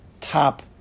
top